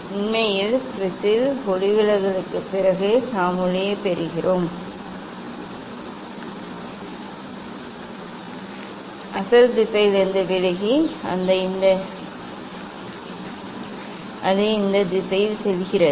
உண்மையில் ப்ரிஸில் ஒளிவிலகலுக்குப் பிறகு நாம் ஒளியைப் பெறுகிறோம் அசல் திசையிலிருந்து விலகி அது இந்த திசையில் செல்கிறது